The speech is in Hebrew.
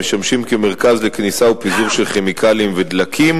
המשמשים כמרכז לכניסה ולפיזור של כימיקלים ודלקים,